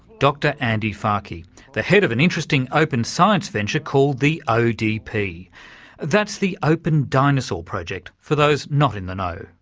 dr andy farke, the head of an interesting open science venture called the odp that's the open dinosaur project, for those not in the know.